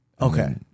Okay